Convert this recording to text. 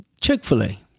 Chick-fil-A